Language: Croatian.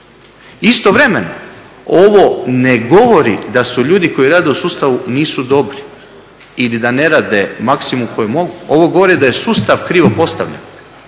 Istovremeno ovo ne govori da su ljudi koji rade u sustavu nisu dobri ili da ne rade maksimum koji mogu. Ovo govori da je sustav krivo postavljen,